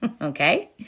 okay